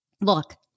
Look